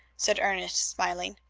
said ernest, smiling.